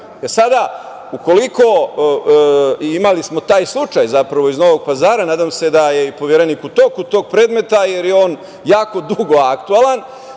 sada, imali smo taj slučaj, zapravo iz Novog Pazara, nadam se da je i Poverenik u toku tog predmeta, jer je on jako dugo aktuelan,